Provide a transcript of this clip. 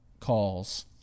calls